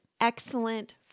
excellent